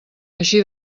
així